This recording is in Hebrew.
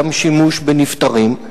גם שימוש בנפטרים.